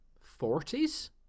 forties